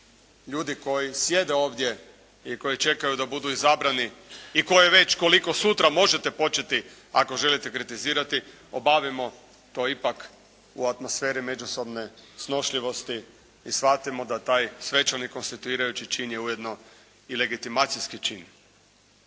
ljudi koji sjede ovdje i koji čekaju da budu izabrani i koji već koliko sutra možete početi ako želite kritizirati obavimo to ipak u atmosferi međusobne snošljivosti i shvatimo da taj svečani konstituirajući čin je ujedno i legitimacijski čin.